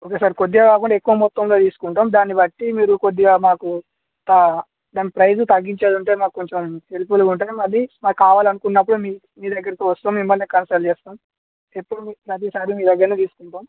okay sir కొద్దిగా కాకుండా ఎక్కువ మొత్తంలో తీసుకుంటాం దాని బట్టి మీరు కొద్దిగా మాకు దాని ప్రైస్ తగ్గించేదుంటే మాకు కొంచెం హెల్ప్ఫుల్గా ఉంటేనే మళ్ళీ మాకు కావాలనుకున్నప్పుడు మీ మీ దగ్గరికే వస్తాం మిమ్మల్ని కన్సల్ట్ చేస్తాం ఎప్పుడు ప్రతీ సారి మీ దగ్గరనే తీసుకుంటాం